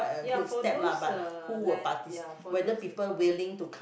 ya for those uh land ya for those